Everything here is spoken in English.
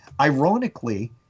Ironically